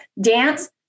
dance